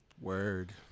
Word